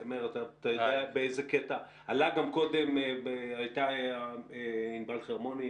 קודם דיברה ענבל חרמוני,